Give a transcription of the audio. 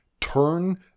turn